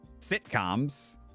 sitcoms